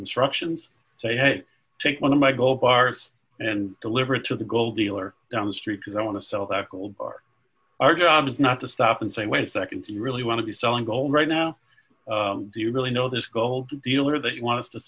instructions say hey take one of my gold bars and deliver it to the gold dealer down the street because i want to sell that gold for our jobs not to stop and say wait a nd do you really want to be selling gold right now do you really know this gold dealer they want us to